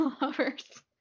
lovers